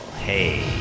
hey